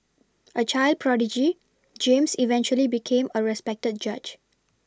a child prodigy James eventually became a respected judge